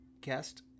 guest